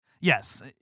Yes